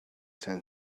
ten